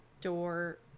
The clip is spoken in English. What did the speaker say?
door